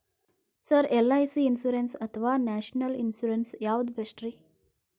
Sir LIC insurance ಅಥವಾ national insurance ಯಾವುದು ಬೆಸ್ಟ್ರಿ?